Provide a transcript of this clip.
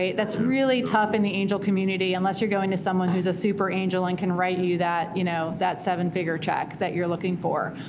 that's really tough in the angel community, unless you're going to someone who's a super angel and can write you that you know that seven-figure check that you're looking for.